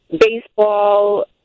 Baseball